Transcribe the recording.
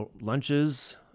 lunches